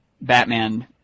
Batman